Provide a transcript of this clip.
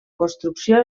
construcció